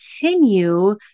continue